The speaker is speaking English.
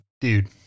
dude